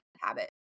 habit